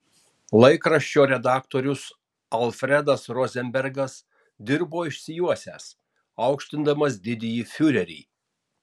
laikraščio redaktorius alfredas rozenbergas dirbo išsijuosęs aukštindamas didįjį fiurerį